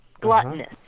gluttonous